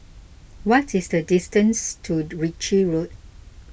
what is the distance to Ritchie Road